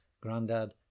Grandad